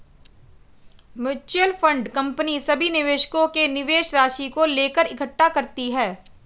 mutual fund company सभी निवेशकों के निवेश राशि को लेकर इकट्ठे करती है